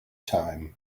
time